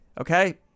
Okay